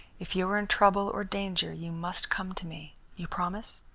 if you are in trouble or danger you must come to me. you promise?